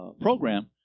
program